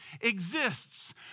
exists